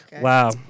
Wow